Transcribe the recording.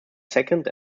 second